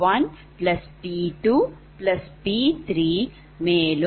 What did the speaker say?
PmPm1